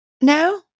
No